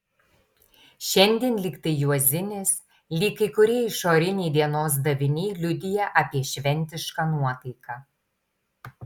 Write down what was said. šiandien lyg tai juozinės lyg kai kurie išoriniai dienos daviniai liudija apie šventišką nuotaiką